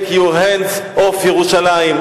Take your hands off ירושלים.